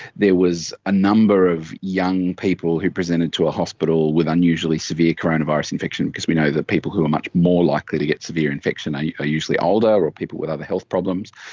there was a number of young people who presented to a hospital with unusually severe coronavirus infection, because we know the people who are much more likely to get severe infection are usually older or people with other health problems.